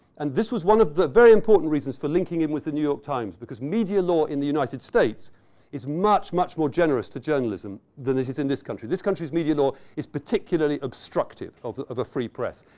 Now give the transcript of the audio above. and this was one of the very important reasons for linking in with the new york times because media law in the united states is much, much more generous to journalism than it is in this country. this country's media law is particularly obstructive of the free press.